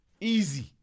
Easy